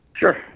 Sure